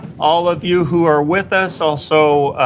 all of you who are with us. also,